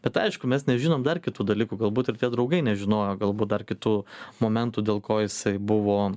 bet aišku mes nežinom dar kitų dalykų galbūt ir tie draugai nežinojo galbūt dar kitų momentų dėl ko jisai buvo